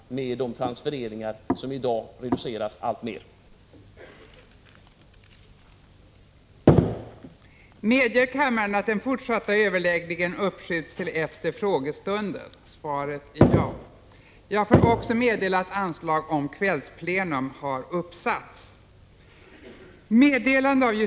Jag tänker då på de nedskärningar av transfereringar som förekommer och som innebär att kommunernas möjligheter att ge en tillfredsställande service alltmer reduceras.